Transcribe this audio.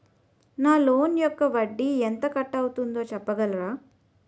నా లోన్ యెక్క వడ్డీ ఎంత కట్ అయిందో చెప్పగలరా?